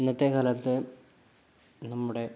ഇന്നത്തെ കാലത്ത് നമ്മുടെ